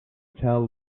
tell